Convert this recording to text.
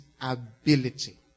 ability